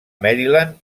maryland